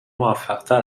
موفقتر